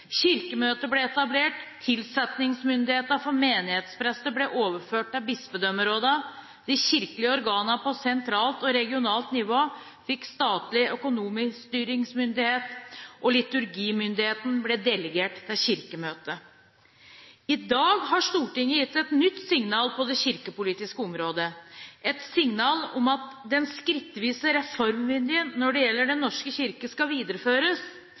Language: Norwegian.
Kirkemøtet ble etablert. Tilsettingsmyndigheten for menighetsprester ble overført til bispedømmerådene. De kirkelige organene på sentralt og regionalt nivå fikk statlig økonomistyringsmyndighet. Og liturgimyndigheten ble delegert til Kirkemøtet. I dag har Stortinget gitt et nytt signal på det kirkepolitiske området – et signal om at den skrittvise reformlinjen når det gjelder Den norske kirke, skal videreføres,